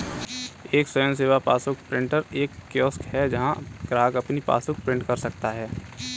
एक स्वयं सेवा पासबुक प्रिंटर एक कियोस्क है जहां ग्राहक अपनी पासबुक प्रिंट कर सकता है